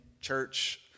church